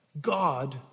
God